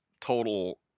total